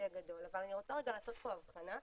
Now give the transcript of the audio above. הגדול אבל אנחנו רוצים לעשות הפרדה